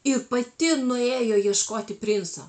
ir pati nuėjo ieškoti princo